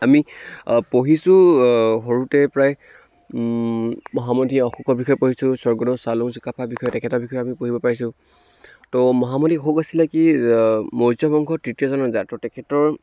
আমি পঢ়িছোঁ সৰুতে প্ৰায় মহামন্ত্ৰী অশোকৰ বিষয়ে পঢ়িছোঁ স্বৰ্গদেউ চাওলুং চুকাফাৰ বিষয়ে তেখেতৰ বিষয়ে আমি পঢ়িব পাৰিছোঁ ত' মহামতি অশোক আছিলে কি মৌৰ্য্য় বংশৰ তৃতীয়জন ৰজা ত' তেখেতৰ